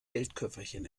geldköfferchen